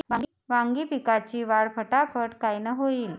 वांगी पिकाची वाढ फटाफट कायनं होईल?